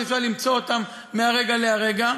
שאפשר למצוא אותם מהרגע להרגע.